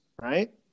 right